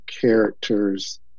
characters